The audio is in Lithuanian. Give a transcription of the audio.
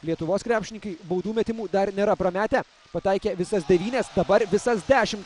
lietuvos krepšininkai baudų metimų dar nėra prametę pataikė visas devynias dabar visas dešimt